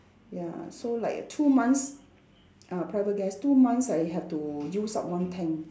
ya so like two months ah private gas two months I have to use up one tank